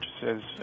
purchases